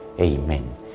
Amen